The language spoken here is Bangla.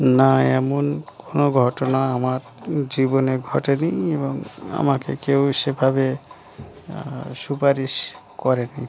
না এমন কোনো ঘটনা আমার জীবনে ঘটেনি এবং আমাকে কেউ সেভাবে সুপারিশ করেনি